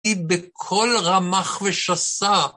היא בכל רמך ושסה.